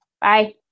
Bye